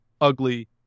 ugly